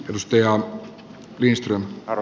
edustaja risto aro